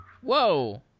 Whoa